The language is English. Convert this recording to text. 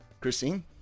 christine